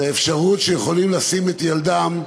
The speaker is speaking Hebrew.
זה האפשרות לשים את הילדים במעון,